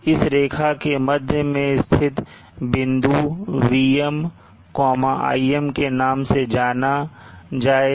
इस रेखा के मध्य भाग में स्थित बिंदु को Vm Im के नाम से जाना जाएगा